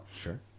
Sure